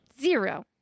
Zero